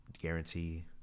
guarantee